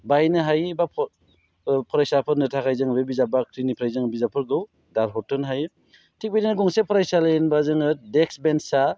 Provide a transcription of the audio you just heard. बाहायनो हायो एबा फरायसाफोरनो थाखाय जों बे बिजाब बाख्रिनिफ्राय जोङो बिजाबफोरखौ दाहार हरथ'नो हायो थिग बिदिनो गंसे फरायसालि होनबा जोङो देस्क बेन्चआ